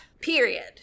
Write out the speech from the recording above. Period